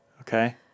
Okay